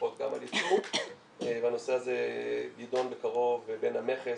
--- שמפקחות גם על ייצוא והנושא ה זה יידון בקרוב בין המכס